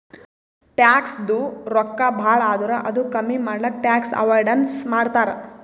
ಟ್ಯಾಕ್ಸದು ರೊಕ್ಕಾ ಭಾಳ ಆದುರ್ ಅದು ಕಮ್ಮಿ ಮಾಡ್ಲಕ್ ಟ್ಯಾಕ್ಸ್ ಅವೈಡನ್ಸ್ ಮಾಡ್ತಾರ್